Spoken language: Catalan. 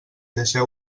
deixeu